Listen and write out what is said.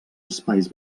espais